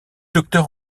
docteur